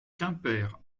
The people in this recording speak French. quimper